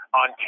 on